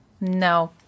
no